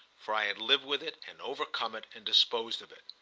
for i had lived with it and overcome it and disposed of it.